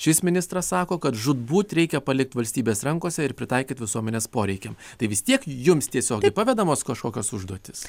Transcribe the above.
šis ministras sako kad žūtbūt reikia palikti valstybės rankose ir pritaikyti visuomenės poreikiam tai vis tiek jums tiesiogiai pavedamos kažkokios užduotys